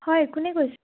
হয় কোনে কৈ